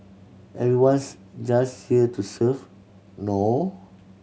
everyone's just here to serve no